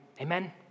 Amen